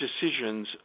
decisions